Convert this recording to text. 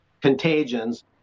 contagions